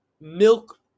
milk